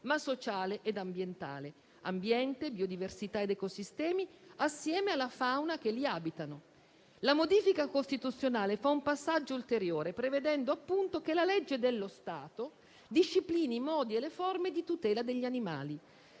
ma sociale e ambientale: ambiente, biodiversità ed ecosistemi, assieme alla fauna che li abita. La modifica costituzionale fa un passaggio ulteriore, prevedendo, appunto, che la legge dello Stato disciplini i modi e le forme di tutela degli animali.